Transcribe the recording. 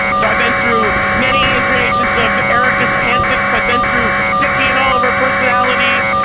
so i've been through many incarnations of erica's antics, i've been through vicky and all of her personalities.